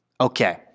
Okay